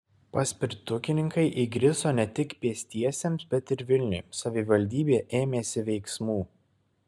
paspirtukininkai įgriso ne tik pėstiesiems bet ir vilniui savivaldybė ėmėsi veiksmų